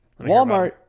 Walmart